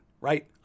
right